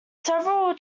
several